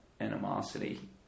animosity